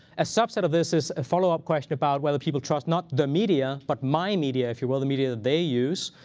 a subset of this is a follow-up question about whether people trust not the media, but my media, if you will, the media that they use.